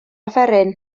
offeryn